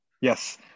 Yes